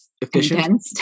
efficient